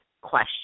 question